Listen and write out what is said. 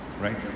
right